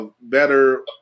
better